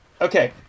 Okay